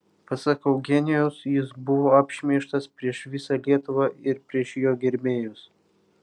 pasak eugenijaus jis buvo apšmeižtas prieš visą lietuvą ir prieš jo gerbėjus